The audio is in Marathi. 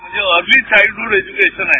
म्हणजे अर्ली चाईल्डहूड एजुकेशन आहे